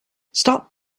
stop